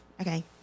okay